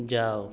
जाओ